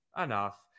Enough